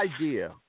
idea